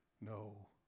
no